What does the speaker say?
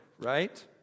right